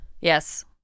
Yes